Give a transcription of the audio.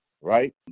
right